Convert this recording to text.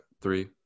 three